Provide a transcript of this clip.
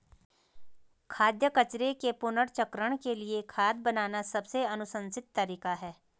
खाद्य कचरे के पुनर्चक्रण के लिए खाद बनाना सबसे अनुशंसित तरीका है